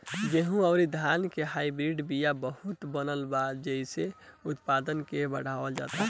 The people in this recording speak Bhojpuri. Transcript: गेंहू अउरी धान के हाईब्रिड बिया बहुते बनल बा जेइसे उत्पादन के बढ़ावल जाता